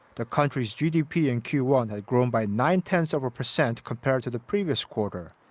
the country's gdp in q one had grown by nine tenths of a percent compared to the previous quarter.